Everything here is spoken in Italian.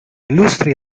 illustri